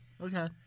Okay